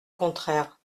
contraire